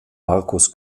marcus